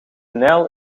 nijl